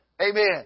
Amen